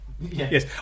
Yes